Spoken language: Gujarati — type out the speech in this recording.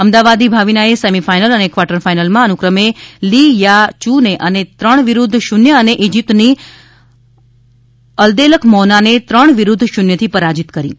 અમદાવાદી ભાવિના એ સેમીફાઈનલ અને ક્વાર્ટર ફાઇનલમાં અનુક્રમે લી યા ચૂ ને ત્રણ વિરુદ્ધ શૂન્ય અને ઇજિપ્ત ની અબ્દેલક મૌના ને ત્રણ વિરૃધ્ધ શૂન્ય થી પરાજિત કરી હતી